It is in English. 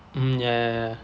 mmhmm ya ya ya